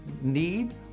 need